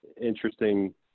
interesting